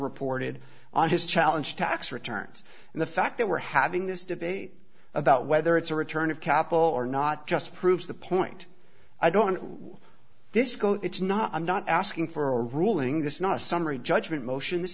reported on his challenge tax returns and the fact that we're having this debate about whether it's a return of capital or not just proves the point i don't want this go it's not i'm not asking for a ruling this is not a summary judgment motion